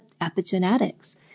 epigenetics